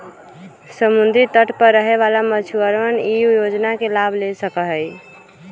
समुद्री तट पर रहे वाला मछुअरवन ई योजना के लाभ ले सका हई